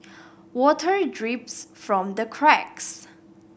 water drips from the cracks